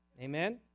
Amen